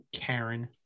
Karen